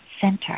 center